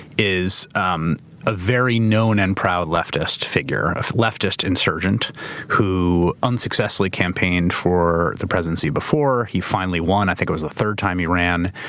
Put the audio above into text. is um a very known and proud leftist figure, a leftist insurgent who unsuccessfully campaigned for the presidency before before he finally won. i think it was the third time he ran.